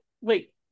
wait